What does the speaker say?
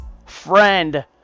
friend